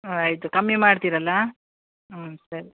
ಆಯಿತು ಕಮ್ಮಿ ಮಾಡ್ತೀರಲ್ಲ ಹ್ಞೂ ಸರಿ